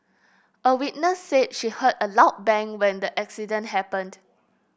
a witness said she heard a loud bang when the accident happened